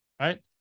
right